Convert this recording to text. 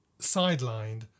sidelined